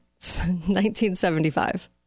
1975